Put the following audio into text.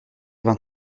vingt